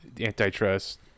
antitrust